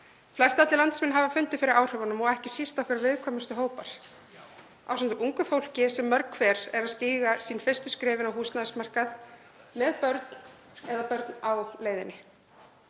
Flestallir landsmenn hafa fundið fyrir áhrifunum og ekki síst okkar viðkvæmustu hópar, ásamt ungu fólki sem margt hvert er að stíga sín fyrstu skref inn á húsnæðismarkað með börn eða börn á leiðinni.